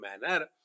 manner